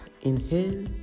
Inhale